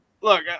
look